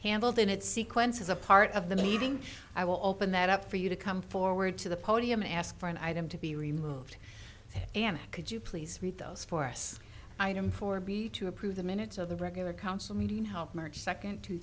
handled in its sequence as a part of the meeting i will open that up for you to come forward to the podium and ask for an item to be removed and could you please read those for us item four b to approve the minutes of the regular council meeting help march second two